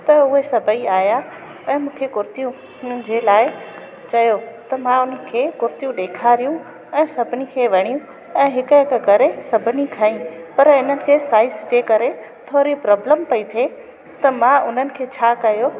त उहे सभेई आहियां ऐं मूंखे कुर्तियूं हुननि जे लाइ चयो त मां उन खे कुर्तियूं ॾेखारियूं ऐं सभिनी खे वणी ऐं हिकु हिकु करे सभिनी खईं पर इन खे साइज़ जे करे थोरी प्रॉब्लम पई थिए त मां उन्हनि खे छा कयो